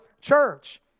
church